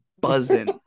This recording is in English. buzzing